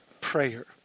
Prayer